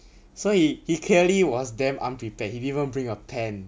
so he he clearly was damn unprepared he didn't even bring a pen